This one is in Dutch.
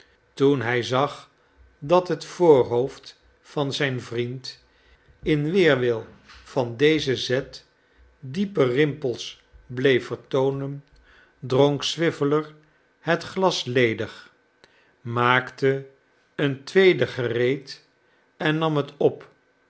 toen hij zag dat het voorhoofd van zijn vriend in weerwil van dezen zet diepe rimpels bleef vertoonen dronk swiveller net glas ledig maakte een tweede gereed en nam het op